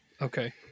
okay